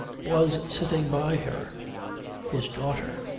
was sitting by her his daughter.